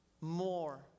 more